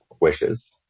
wishes